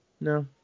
No